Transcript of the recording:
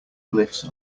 glyphs